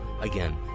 Again